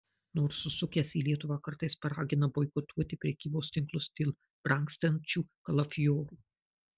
nors užsukęs į lietuvą kartais paragina boikotuoti prekybos tinklus dėl brangstančių kalafiorų